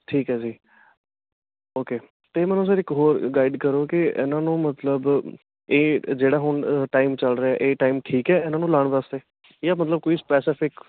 ਠੀਕ ਹੈ ਜੀ ਓਕੇ ਅਤੇ ਮੈਨੂੰ ਸਰ ਇੱਕ ਹੋਰ ਗਾਈਡ ਕਰੋ ਕਿ ਇਹਨਾਂ ਨੂੰ ਮਤਲਬ ਇਹ ਜਿਹੜਾ ਹੁਣ ਟਾਈਮ ਚੱਲ ਰਿਹਾ ਹੈ ਇਹ ਟਾਈਮ ਠੀਕ ਹੈ ਇਹਨਾਂ ਨੂੰ ਲਗਾਉਣ ਵਾਸਤੇ ਜਾਂ ਮਤਲਬ ਕੋਈ ਸਪੈਸੀਫਿਕ